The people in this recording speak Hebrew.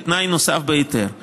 כתנאי נוסף להיתר,